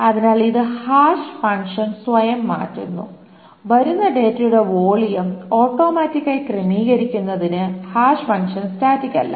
അതിനാൽ ഇത് hash function സ്വയം മാറ്റുന്നു വരുന്ന ഡാറ്റയുടെ വോളിയം ഓട്ടോമാറ്റിയ്ക്കായി ക്രമീകരിക്കുന്നതിന് ഹാഷ് ഫംഗ്ഷൻ സ്റ്റാറ്റിക്കല്ല